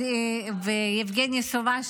יבגני סובה,